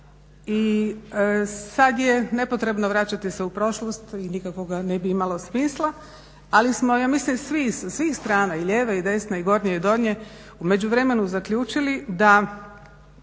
I sad je nepotrebno vraćati se u prošlost i nikakvoga ne bi imalo smisla, ali smo ja mislim svi, sa svih strana i lijeve i desne i gornje i donje u međuvremenu zaključili da